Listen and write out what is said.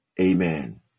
Amen